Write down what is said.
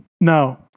No